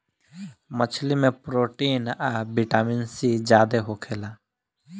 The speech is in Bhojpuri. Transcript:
मछली में प्रोटीन आ विटामिन सी ज्यादे होखेला